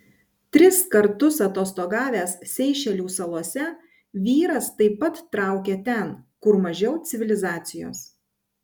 tris kartus atostogavęs seišelių salose vyras taip pat traukė ten kur mažiau civilizacijos